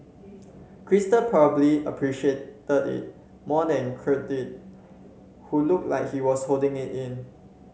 crystal probably appreciated it more than Kirk did who looked like he was holding it in